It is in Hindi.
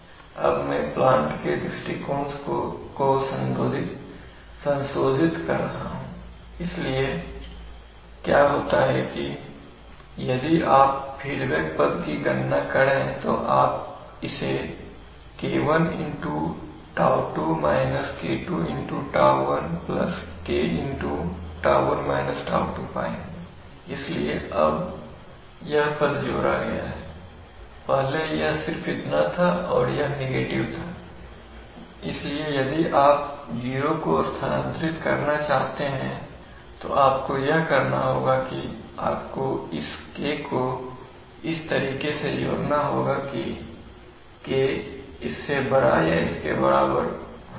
मैं अब प्लांट के दृष्टिकोण को संशोधित कर रहा हूं इसलिए क्या होता है कि अब यदि आप फीडबैक पद की गणना करें तो आप इसे K1 τ2 -k2 τ1 Kτ1 τ2 पाएंगे इसलिए अब यह पद जोड़ा गया है पहले यह सिर्फ इतना था और यह नेगेटिव था इसलिए यदि आप जीरो को स्थानांतरित करना चाहते हैं तो आपको यह करना होगा कि आपको इस K को इस तरीके से जोड़ना होगा की k इससे बड़ा या इसके बराबर हो